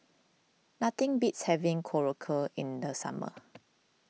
nothing beats having Korokke in the summer